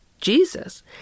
Jesus